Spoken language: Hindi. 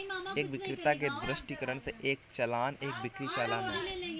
एक विक्रेता के दृष्टिकोण से, एक चालान एक बिक्री चालान है